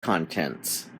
contents